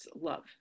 love